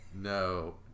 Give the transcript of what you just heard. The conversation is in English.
No